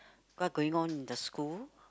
what going on in the school